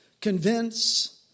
Convince